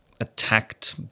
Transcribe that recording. attacked